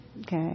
okay